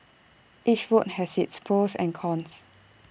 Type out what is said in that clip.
each route has its pros and cons